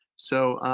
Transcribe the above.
so,